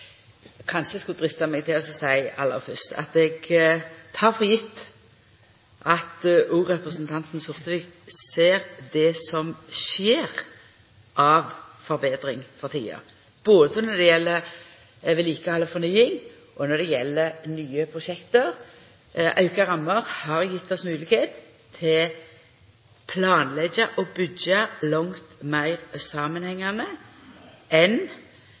Kanskje eg aller fyrst skulle drista meg til å seia at eg reknar sjølvsagt med at òg representanten Sortevik ser det som skjer av forbetring for tida, både når det gjeld vedlikehald og fornying, og når det gjeld nye prosjekt. Auka rammer har gjeve oss moglegheit til å planleggja og byggja langt meir samanhengande enn